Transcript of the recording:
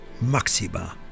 Maxima